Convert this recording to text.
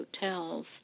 hotels